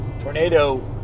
tornado